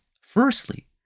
firstly